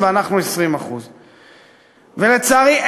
ואצלנו 20%. ולצערי,